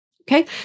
Okay